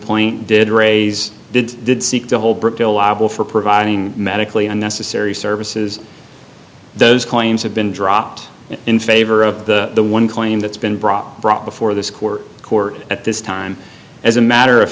complaint did raise did did seek to hold will for providing medically unnecessary services those claims have been dropped in favor of the one claim that's been brought brought before this court court at this time as a matter of